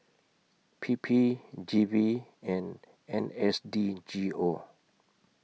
P P G V and N S D G O